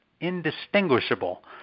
indistinguishable